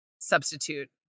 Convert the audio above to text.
substitute